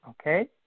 Okay